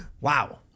wow